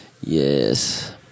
yes